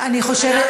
אני חושבת,